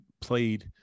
played –